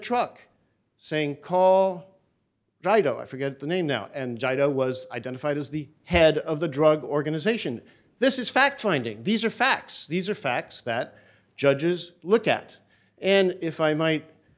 truck saying call right i forget the name now and joe was identified as the head of the drug organization this is fact finding these are facts these are facts that judges look at and if i might